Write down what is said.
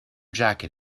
jacket